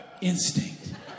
instinct